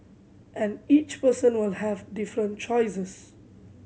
and each person will have different choices